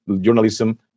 journalism